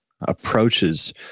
approaches